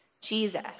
Jesus